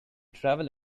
travel